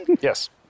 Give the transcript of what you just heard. Yes